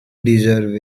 deserve